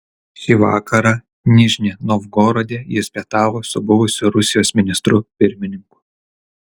šį vakarą nižnij novgorode jis pietavo su buvusiu rusijos ministru pirmininku